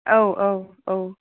औ औ औ